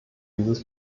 dieses